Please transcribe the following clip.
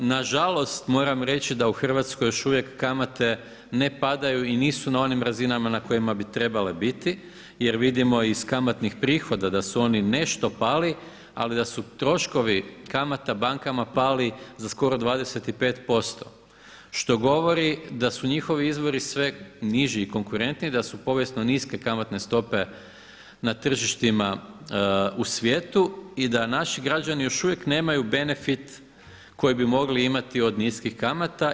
Nažalost moram reći da u Hrvatskoj još uvijek kamate ne padaju i nisu na onim razinama na kojima bi trebale biti jer vidimo iz kamatnih prihoda da su oni nešto pali ali da su troškovi kamata bankama pali za skoro 25%, što govori da su njihovi izvori sve niži i konkurentniji, da su povijesno niske kamatne stope na tržištima u svijetu i da naši građani još uvijek nemaju benefit koji bi mogli imati od niskih kamata.